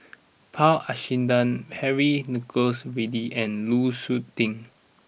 Paul Abisheganaden Henry Nicholas Ridley and Lu Suitin